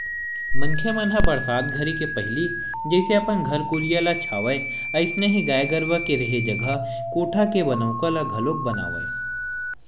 मनखे मन ह बरसात घरी के पहिली जइसे अपन घर कुरिया ल छावय अइसने ही गाय गरूवा के रेहे जघा कोठा के बनउका ल घलोक बनावय